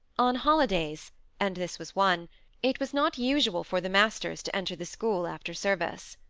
on holidays and this was one it was not usual for the masters to enter the school after service.